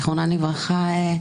זיכרונן לברכה,